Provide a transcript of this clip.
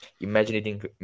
imagining